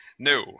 No